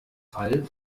fall